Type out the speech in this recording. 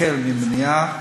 החל ממניעה,